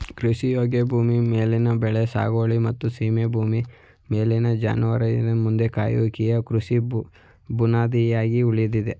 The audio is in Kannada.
ಕೃಷಿಯೋಗ್ಯ ಭೂಮಿ ಮೇಲಿನ ಬೆಳೆ ಸಾಗುವಳಿ ಮತ್ತು ಸೀಮೆ ಭೂಮಿಯ ಮೇಲಿನ ಜಾನುವಾರಿನ ಮಂದೆ ಕಾಯುವಿಕೆಯು ಕೃಷಿ ಬುನಾದಿಯಾಗಿ ಉಳಿದಿದೆ